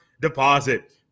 deposit